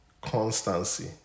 constancy